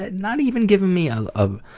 ah not even giving me a. um